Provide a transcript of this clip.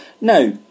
Now